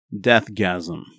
Deathgasm